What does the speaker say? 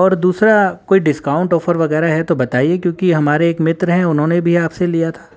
اور دوسرا کوئی ڈسکاؤنٹ آفر وغیرہ ہے تو بتائیے کیونکہ ہمارے ایک متر ہیں انہوں نے بھی آپ سے لیا تھا